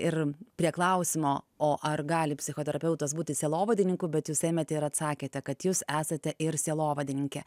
ir prie klausimo o ar gali psichoterapeutas būti sielovadininku bet jūs ėmėte ir atsakėte kad jūs esate ir sielovadininkė